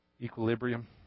equilibrium